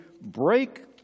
break